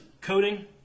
coding